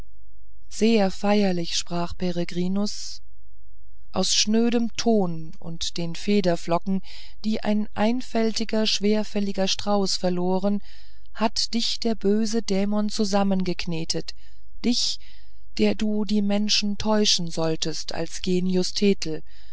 sehr feierlich sprach nun peregrinus aus schnödem ton und den federflocken die ein einfältiger schwerfälliger strauß verloren hatte dich der böse dämon zusammengeknetet dich der du die menschen täuschen solltest als genius thetel